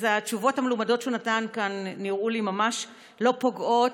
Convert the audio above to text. אז התשובות המלומדות שהוא נתן כאן נראו לי ממש לא פוגעות,